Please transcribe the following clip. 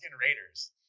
Raiders